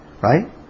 Right